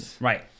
Right